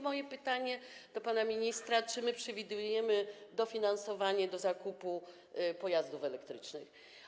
Moje pytanie do pana ministra: Czy my przewidujemy dofinansowanie zakupu pojazdów elektrycznych?